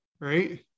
right